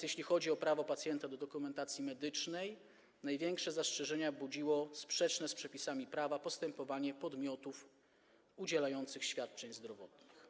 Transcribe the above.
Jeśli chodzi o prawo pacjenta do dokumentacji medycznej, największe zastrzeżenia budziło sprzeczne z przepisami prawa postępowanie podmiotów udzielających świadczeń zdrowotnych.